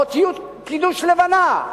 באותיות של קידוש לבנה,